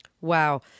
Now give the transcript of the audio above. Wow